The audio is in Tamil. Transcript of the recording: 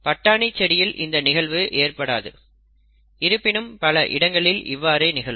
பட்டாணி செடியில் இந்த நிகழ்வு ஏற்படாது இருப்பினும் பல இடங்களில் இவ்வாறு நிகழும்